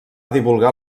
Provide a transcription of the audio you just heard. divulgar